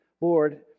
Lord